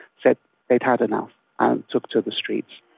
said they'd had enough and took to the streets.